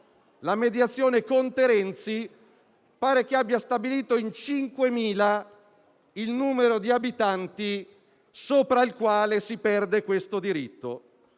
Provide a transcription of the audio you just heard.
la mediazione Conte-Renzi pare abbia stabilito in cinquemila il numero di abitanti sopra il quale si perde questo diritto.